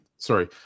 Sorry